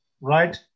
right